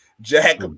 Jack